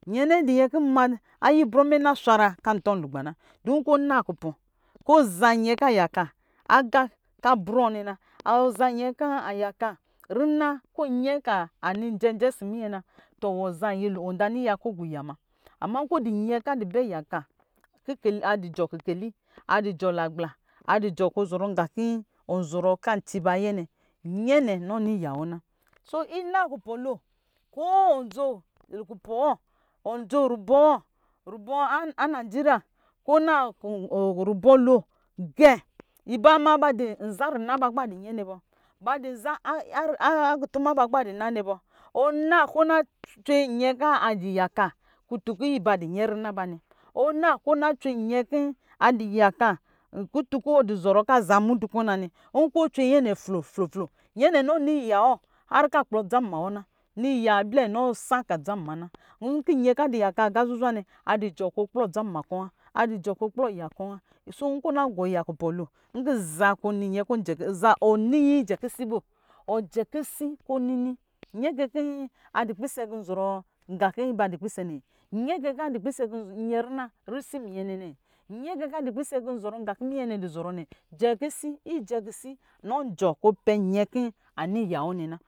Yɛnɛ dɔ yɛn kɔ ama ayi brɔ mɛ na swara kɔ antɔ nlugba na nkɔ ɔna kupɔ kɔ ɔza nyɛ kɔ an yaka aya kɔ anbrɔ nɛna nyɛ kɔ anyaka rina kɔ ɔyɛ kɔ a ni jɛnsɛ ɔsɔ minyɛ na tɔ wɔ zanyɛlo wɔ zan yiya kɔ ɔgɔ iya muna nyɛ kɔ adubɛ yaka kikeli adu jɔɔ kike le, adu jɔɔ nagala adu jɔɔ zɔrɔ nqa kɔ ɔzɔrɔ ka ciba ayɛ nɛ nyɛ na nɔ ni yawɔ na ina kupɔ lo ko wɔdzo kupɔ wɔ wɔ dzo rubɔ anaje riya kɔ ɔna rubɔ lo qɛ iba mo ba di nza rina ba kɔ ba du nyɛ nɛ bɔ ba du nza kutuma ba kɔ ba du na nɛ bɔ na kɔ ɔ na cwe nyɛ kɔ adz yaka kutun be du nyɛ ri na ba nɛ ɔna kɔ ɔna cwe nyɛ kɔ ayaka kutukɔ ɔazɔrɔ klɔ anda mudu kɔ nanɛ nkɔ ɔcwe yɛnɛ flo flo flo nyɛ nɛ nɔ niyawɔ har kɔ ankpo dza mma wɔ na nɔ iya blɛ nɔ sa ka dza mma na nkɔ nyɛ kɔ a dɔ yaka aga zuzwa na adu jɔɔ kɔ akplɔ dzamma kɔ wa adɔ jɔɔ kɔ kplɔ yakɔ wa nkɔ ɔnagɔ ya kupɔ lo nkɔ zakɔ ɔninyɛ ijɛ kisi ɔ wɔ jɛ kisi kɔ nini nyɛkɛkɔ nyɛ kɛ kɔ adɔ pisɛ kɔ no rə nga kɔ adɔ pisɛ nɛ nyɛ kɛ kɔ adɔ pisɛ kɔ nyɛrina risi minyɛ nɛ ne jɛ kisi ijɛ kisi nɔ jɔɔ kɔ pɛ nyɛ kɔ anɔ yawɔ nɛna.